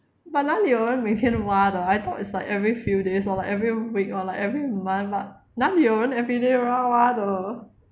but 哪里有人每天挖的 I thought is like every few days or like every week or like every month but 哪里有人 every day 乱挖的